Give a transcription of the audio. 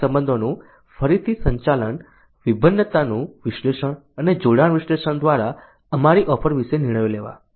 ગ્રાહક સંબંધોનું ફરીથી સંચાલન વિભિન્નતાનું વિશ્લેષણ અને જોડાણ વિશ્લેષણ દ્વારા અમારી ઓફર વિશે નિર્ણયો લેવા